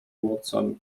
watson